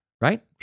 right